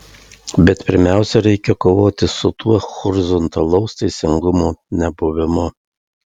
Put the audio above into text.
bet pirmiausia reikia kovoti su tuo horizontalaus teisingumo nebuvimu